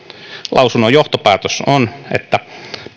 lausunnon johtopäätös on että